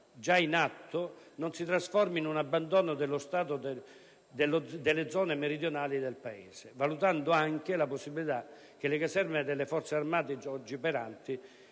già in atto non si trasformi in un abbandono da parte dello Stato delle zone meridionali del Paese, valutando anche la possibilità che le caserme delle Forze armate oggi operanti,